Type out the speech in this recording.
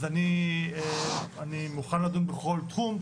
אז אני מוכן לדון בכל תחום.